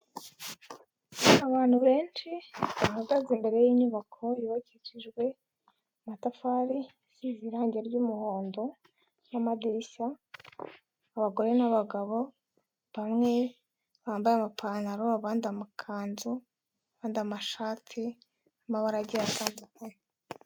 Abantu benshi bahagaze imbere y’inyubako yubakishijwe amatafari, isize irangi ry'umuhondo n'amadirishya. Abagore n'abagabo bamwe bambaye amapantaro, abandi amakanzu, abandi amashati y’amabara agiye atandukanye.